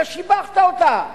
אתה שיבחת אותם,